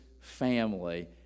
family